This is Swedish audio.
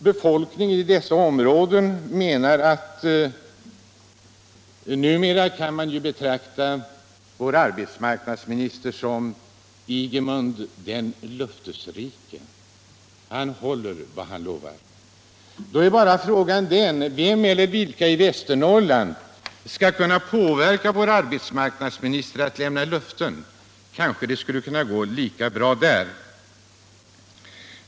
Befolkningen i dessa områden menar att man numera kan betrakta vår arbetsmarknadsminister som ”Ingemund den löftesrike.” Han håller vad han lovar. Då är bara frågan: Vem eller vilka i Västernorrland skall kunna påverka vår arbetsmarknadsminister att avge löften om sysselsättning till Västernorrland? Kanske det skulle kunna gå lika bra där.